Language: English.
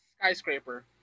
skyscraper